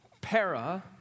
Para